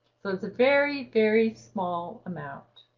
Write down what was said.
so it's a very very small amount.